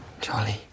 Charlie